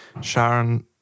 Sharon